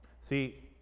See